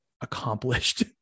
accomplished